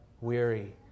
weary